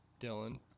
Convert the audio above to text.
Dylan